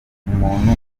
umuntu